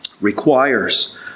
requires